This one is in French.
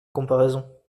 comparaison